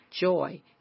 joy